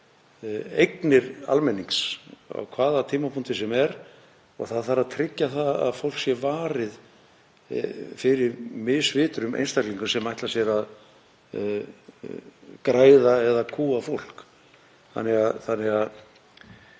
eignir almennings á hvaða tímapunkti sem er og það þarf að tryggja að fólk sé varið fyrir misvitrum einstaklingum sem ætla sér að græða á því eða